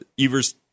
Evers